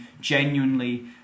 genuinely